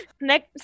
next